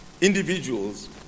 individuals